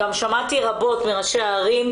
גם שמעתי רבות מראשי הערים,